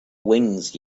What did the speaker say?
wings